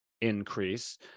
increase